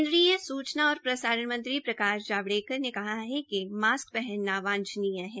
केन्द्रीय सूचना और प्रसारण मंत्री प्रकाश जावड़ेकर ने कहा है कि मास्क पहनना वांछनीय है